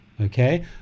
okay